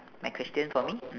my question for me mm